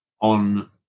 on